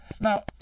Now